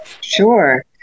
sure